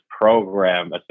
program